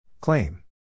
Claim